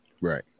right